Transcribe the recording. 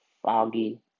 foggy